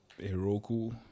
Heroku